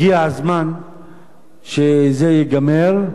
הגיע הזמן שזה ייגמר,